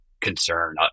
concern